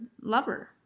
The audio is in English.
lover